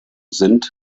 sind